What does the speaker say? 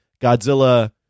Godzilla